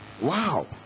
wow